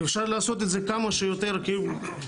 ואפשר לעשות את זה כמה שיותר מאוגד.